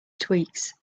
tweaks